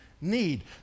need